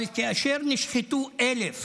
אבל / כאשר נשחטו אלף